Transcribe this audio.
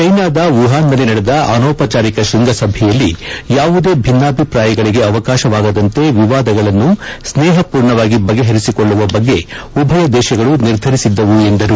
ಚೀನಾದ ವುಷಾನ್ನಲ್ಲಿ ನಡೆದ ಅನೌಪಚಾರಿಕ ಶ್ವಂಗಸಭೆಯಲ್ಲಿ ಯಾವುದೇ ಭಿನ್ನಾಭಿಪ್ರಾಯಗಳಿಗೆ ಅವಕಾಶವಾಗದಂತೆ ವಿವಾದಗಳನ್ನು ಸ್ನೇಹರ್ಮೂರ್ಣವಾಗಿ ಬಗೆಹರಿಸಿಕೊಳ್ಳುವ ಬಗ್ಗೆ ಉಭಯ ದೇಶಗಳು ನಿರ್ಧರಿಸಿದ್ದವು ಎಂದರು